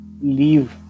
leave